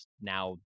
now